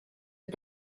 get